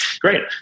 Great